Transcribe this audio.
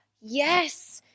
Yes